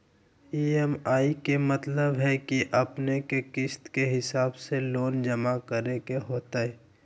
EMI के मतलब है कि अपने के किस्त के हिसाब से लोन जमा करे के होतेई?